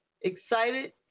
excited